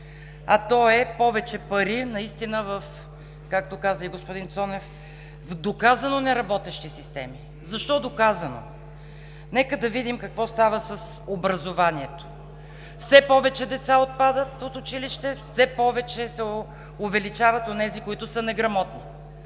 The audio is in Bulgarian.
а то е повече пари, наистина в, както каза и господин Цонев, доказано неработещи системи. Защо доказано? Нека да видим какво става с образованието – все повече деца отпадат от училище, все повече се увеличават онези, които са неграмотни.